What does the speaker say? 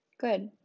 good